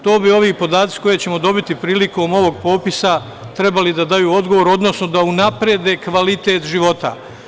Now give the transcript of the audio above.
To bi ovi podaci koji ćemo dobiti prilikom ovog popisa trebali da daju odgovor, odnosno da unaprede kvalitet života.